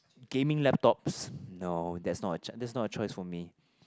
gaming laptops no that's not a that's not a choice for me